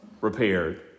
repaired